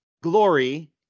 glory